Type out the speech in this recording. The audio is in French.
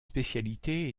spécialités